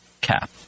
CAP